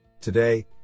Today